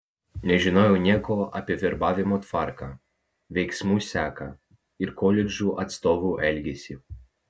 nežinojau nieko apie verbavimo tvarką veiksmų seką ir koledžų atstovų elgesį